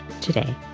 today